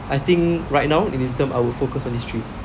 I think right now in turn I'll focus on these three